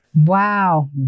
Wow